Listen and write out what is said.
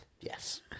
Yes